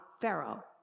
Pharaoh